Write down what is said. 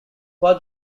what